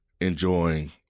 enjoying